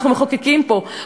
אנחנו מחוקקים פה,